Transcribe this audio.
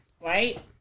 right